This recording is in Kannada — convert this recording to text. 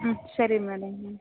ಹ್ಞೂ ಸರಿ ಮೇಡಮ್ ಹ್ಞೂ